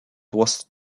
was